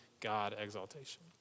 God-exaltation